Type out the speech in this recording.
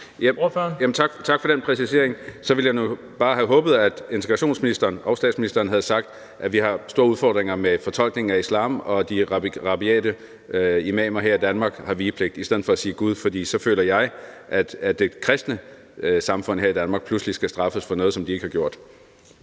tak for den præcisering. Så ville jeg nu bare have håbet, at integrationsministeren, og statsministeren, havde sagt, at vi har store udfordringer med fortolkningen af islam, og at de rabiate imamer her i Danmark har vigepligt, i stedet for at sige »Gud«. For ellers føler jeg, at det kristne samfund her i Danmark pludselig skal straffes for noget, som de ikke har gjort.